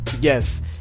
Yes